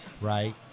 right